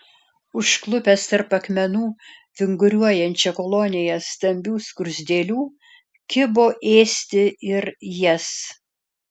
užklupęs tarp akmenų vinguriuojančią koloniją stambių skruzdėlių kibo ėsti ir jas